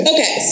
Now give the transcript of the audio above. Okay